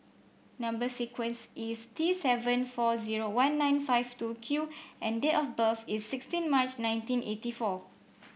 number sequence is T seven four zero one nine five two Q and date of birth is sixteen March nineteen eighty four